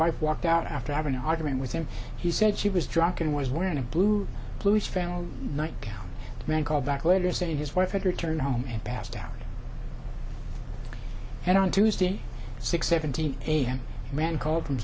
wife walked out after having an argument with him he said she was drunk and was wearing a blue blues family night gown man called back later saying his wife had returned home and passed down and on tuesday six seventeen a m a man called from